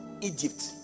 egypt